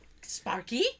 Sparky